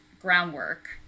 groundwork